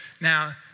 Now